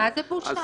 מה זה "בושה"?